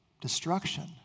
destruction